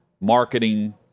marketing